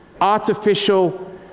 Artificial